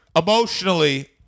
Emotionally